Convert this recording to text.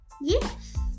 Yes